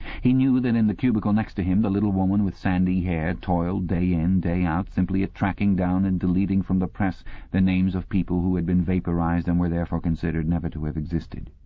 he knew that in the cubicle next to him the little woman with sandy hair toiled day in day out, simply at tracking down and deleting from the press the names of people who had been vaporized and were therefore considered never to have existed.